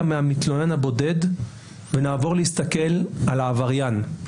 מהמתלונן הבודד ונעבור להסתכל על העבריין.